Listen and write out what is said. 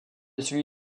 celui